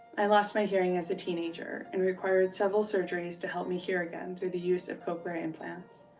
i lost my hearing as a teenager and required several surgeries to help me hear again through the use of cochlear implants.